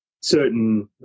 certain